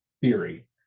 theory